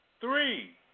Three